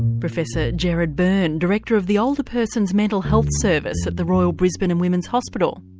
professor gerard byrne, director of the older persons mental health service at the royal brisbane and women's hospital.